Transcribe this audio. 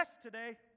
today